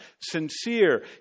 sincere